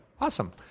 Awesome